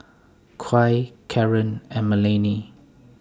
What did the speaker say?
Kya Caron and Melanie